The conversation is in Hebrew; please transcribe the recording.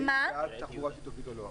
אם הוא בעד תחבורה שיתופית או לא.